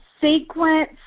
sequence